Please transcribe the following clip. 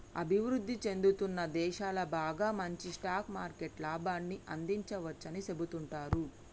అభివృద్ధి చెందుతున్న దేశాలు బాగా మంచి స్టాక్ మార్కెట్ లాభాన్ని అందించవచ్చని సెబుతుంటారు